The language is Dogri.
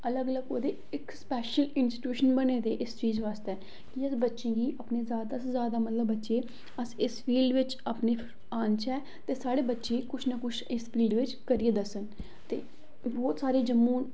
अलग अलग ओह्दे इक स्पैशल इंस्टीट्यूशन बने दे इस चीज बास्तै कि अस बच्चें गी अपने जैदा शा जैदा मतलब बच्चे अस इस फील्ड बिच्च अपने आह्नचै ते साढ़े बच्चे कुछ ना कुछ इस फील्ड बिच्च करियै दस्सन ते बोह्त सारे जम्मू